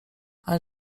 ale